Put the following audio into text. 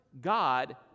God